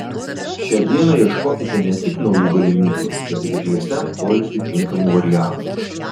šią dieną ieškokite ne tik naujų galimybių bet ir ilgesniam poilsiui tinkamų variantų